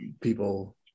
People